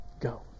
go